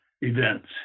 events